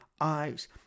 eyes